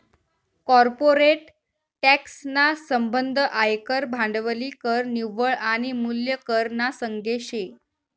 corporate tax ना संबंध आयकर, भांडवली कर, निव्वळ आनी मूल्य कर ना संगे शे